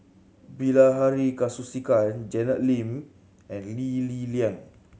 Bilahari Kausikan Janet Lim and Lee Li Lian